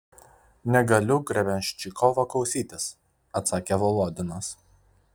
negaliu grebenščikovo klausytis atsakė volodinas